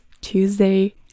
Tuesday